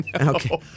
Okay